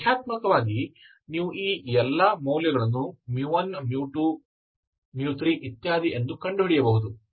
ಆದ್ದರಿಂದ ಸಂಖ್ಯಾತ್ಮಕವಾಗಿ ನೀವು ಈ ಎಲ್ಲ ಮೌಲ್ಯಗಳನ್ನು 1 2 3 ಇತ್ಯಾದಿ ಎಂದು ಕಂಡುಹಿಡಿಯಬಹುದು